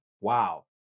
Wow